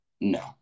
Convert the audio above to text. No